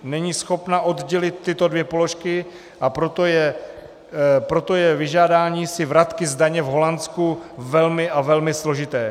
Není schopna oddělit tyto dvě položky, a proto je vyžádání si vratky z daně v Holandsku velmi a velmi složité.